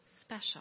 special